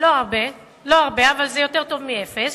לא הרבה, אבל זה יותר טוב מאפס,